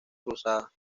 cruzada